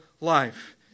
life